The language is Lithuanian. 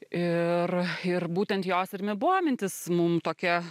ir ir būtent jos ir nebuvo mintis mum tokia